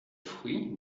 fruits